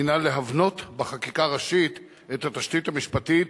הינה להבנות בחקיקה ראשית את התשתית המשפטית